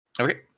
Okay